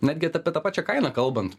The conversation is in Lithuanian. netgi apie tą pačią kainą kalbant